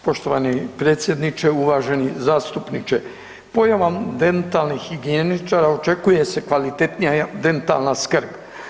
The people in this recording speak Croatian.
Poštovani predsjedniče, uvaženi zastupniče pojavom dentalnih higijeničara očekuje se kvalitetnija dentalna skrb.